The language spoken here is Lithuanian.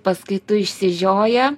paskaitų išsižioję